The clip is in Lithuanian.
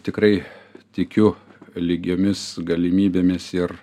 tikrai tikiu lygiomis galimybėmis ir